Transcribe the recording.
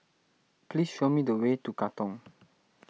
please show me the way to Katong